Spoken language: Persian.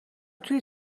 توی